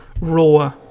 Raw